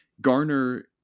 Garner